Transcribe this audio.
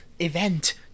event